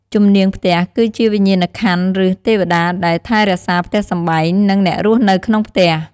ជំនាងផ្ទះគឺជាវិញ្ញាណក្ខន្ធឬទេវតាដែលថែរក្សាផ្ទះសម្បែងនិងអ្នករស់នៅក្នុងផ្ទះ។